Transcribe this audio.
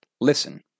Listen